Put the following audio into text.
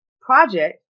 project